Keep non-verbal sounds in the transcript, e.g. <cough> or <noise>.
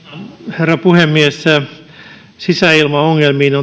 herra puhemies sisäilmaongelmiin <unintelligible>